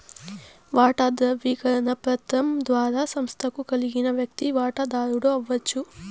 వాటా దృవీకరణ పత్రం ద్వారా సంస్తకు కలిగిన వ్యక్తి వాటదారుడు అవచ్చు